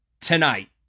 tonight